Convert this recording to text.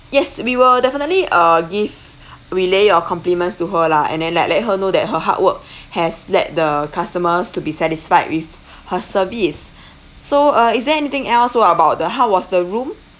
yes we will definitely uh give relay your compliments to her lah and then let let her know that her hard work has led the customers to be satisfied with her service so uh is there anything else what about the how was the room